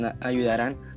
ayudarán